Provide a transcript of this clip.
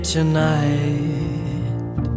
tonight